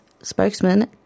Spokesman